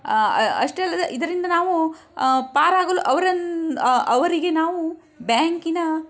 ಅಷ್ಟಲ್ಲದೆ ಇದರಿಂದ ನಾವು ಪಾರಾಗಲು ಅವರನ್ನು ಅವರಿಗೆ ನಾವು ಬ್ಯಾಂಕಿನ